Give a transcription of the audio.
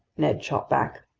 ned shot back.